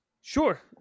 sure